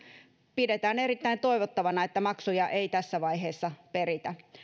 pidetään erittäin toivottavana että maksuja ei tässä vaiheessa peritä